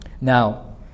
Now